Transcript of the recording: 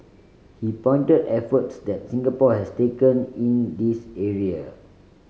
he pointed efforts that Singapore has taken in this area